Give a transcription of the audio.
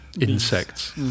insects